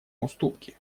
уступки